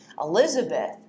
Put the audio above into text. Elizabeth